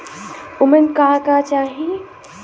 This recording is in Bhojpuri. उमन का का चाही?